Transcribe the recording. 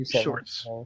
shorts